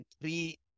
three